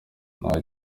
nta